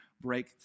break